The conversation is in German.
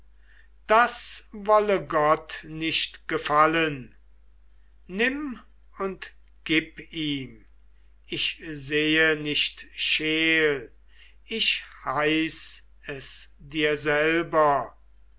das wolle gott nicht gefallen nimm und gib ihm ich sehe nicht scheel ich heiß es dir selber